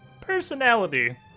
personality